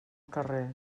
carrer